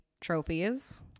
trophies